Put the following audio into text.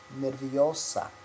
nerviosa